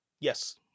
Yes